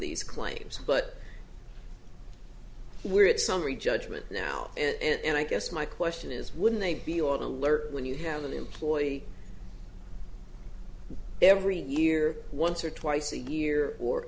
these claims but we're at summary judgment now and i guess my question is wouldn't they be alert when you have an employee every year once or twice a year or